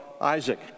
Isaac